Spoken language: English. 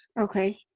Okay